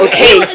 Okay